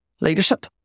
leadership